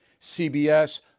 CBS